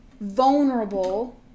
vulnerable